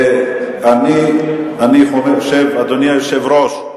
אדוני היושב-ראש,